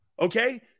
Okay